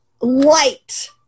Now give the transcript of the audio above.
light